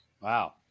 Wow